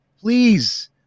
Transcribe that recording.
Please